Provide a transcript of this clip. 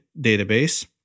database